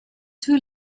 too